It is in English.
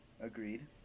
agreed